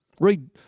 Read